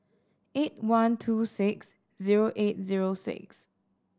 eight one two six zero eight zero six